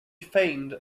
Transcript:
feigned